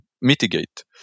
mitigate